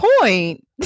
point